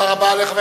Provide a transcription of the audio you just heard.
בבקשה.